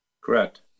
Correct